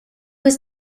was